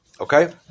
Okay